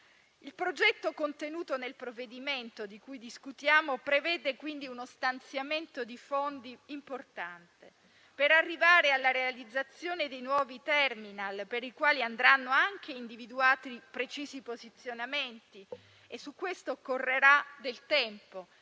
Il progetto contenuto nel provvedimento di cui discutiamo prevede uno stanziamento di fondi importante, per arrivare alla realizzazione di nuovi *terminal* per i quali andranno anche individuati precisi posizionamenti. Su questo occorrerà del tempo